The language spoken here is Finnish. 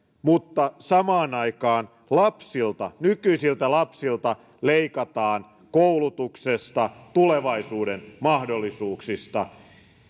ja samaan aikaan lapsilta nykyisiltä lapsilta leikataan koulutuksesta tulevaisuuden mahdollisuuksista